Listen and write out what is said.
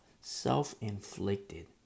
Self-inflicted